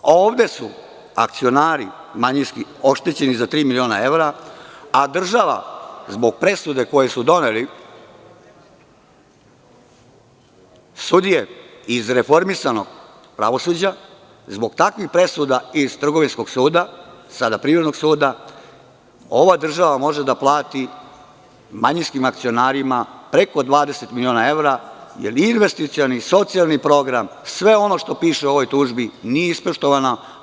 Ovde su akcionari manjinski, oštećeni za tri miliona evra, a država zbog presude koju su doneli sudije iz reformisanog pravosuđa, zbog takvih presuda iz Trgovinskog suda, sada Privrednog suda, ova država može da plati manjinskim akcionarima preko 20 miliona evra, jer investicioni i socijalni program, sve ono što piše u ovoj tužbi, nije ispoštovano.